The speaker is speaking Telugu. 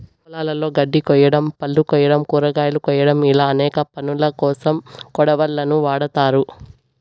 పొలాలలో గడ్డి కోయడం, పళ్ళు కోయడం, కూరగాయలు కోయడం ఇలా అనేక పనులకోసం కొడవళ్ళను వాడ్తారు